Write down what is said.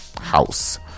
house